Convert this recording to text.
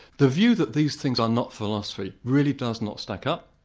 the view that these things are not philosophy really does not stack up,